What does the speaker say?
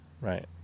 Right